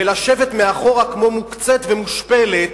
ולשבת מאחורה כמו מוקצית ומושפלת,